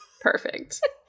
perfect